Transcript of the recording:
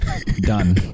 Done